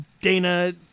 Dana